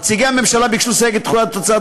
נציגי הממשלה ביקשו לסייג את תחולת הצעת